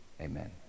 amen